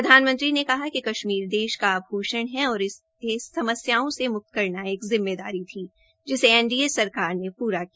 प्रधानमंत्री ने कहा कि कश्मीर देश का आभूष्ण है और इसे समस्याओं से मुक्त करना एक जिम्मेदारी थी जिसे एनडीए सरकार ने पूरा किया